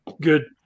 good